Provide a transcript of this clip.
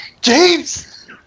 James